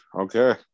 Okay